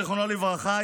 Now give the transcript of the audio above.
זיכרונו לברכה,